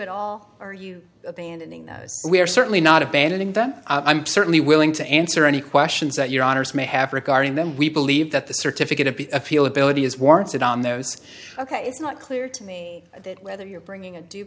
at all or you are certainly not abandoning them i'm certainly willing to answer any questions that your honour's may have regarding them we believe that the certificate of appeal ability is warranted on those ok it's not clear to me that whether you're bringing a due